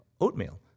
oatmeal